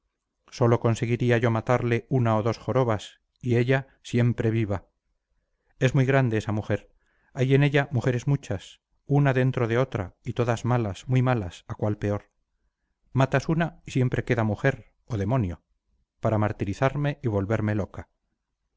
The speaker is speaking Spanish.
sólo conseguiría yo matarle una o dos jorobas y ella siempre viva es muy grande esa mujer hay en ella mujeres muchas una dentro de otra y todas malas muy malas a cual peor matas una y siempre queda mujer o demonio para martirizarme y volverme loca